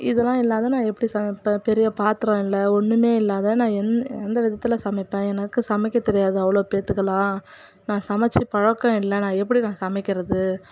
இதெல்லாம் இல்லாது நான் எப்படி சமைப்பேன் பெரிய பாத்திரம் இல்லை ஒன்றுமே இல்லாத நான் எந் எந்த விதத்தில் சமைப்பேன் எனக்கு சமைக்கத் தெரியாது அவ்வளோ பேர்துக்குலாம் நான் சமைச்சு பழக்கம் இல்லை நான் எப்படி நான் சமைக்கிறது